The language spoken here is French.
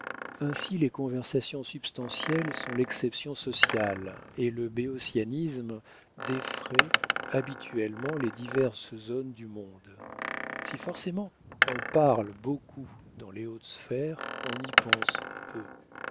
ainsi les conversations substantielles sont l'exception sociale et le béotianisme défraie habituellement les diverses zones du monde si forcément on parle beaucoup dans les hautes sphères on y pense peu